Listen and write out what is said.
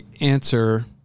answer